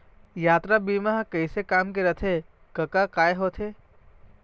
यातरा बीमा ह कइसे काम के रथे कका काय होथे?